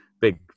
big